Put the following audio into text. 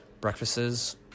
breakfasts